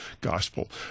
gospel